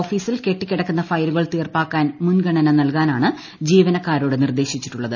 ഓഫീസിൽ കെട്ടിക്കിടക്കുന്ന ഫയലുകൾ തീർപ്പാക്കാൻ മുൻഗണന നല്കാനാണ് ജീവനക്കാരോട് നിർദ്ദേശിച്ചിട്ടുള്ളത്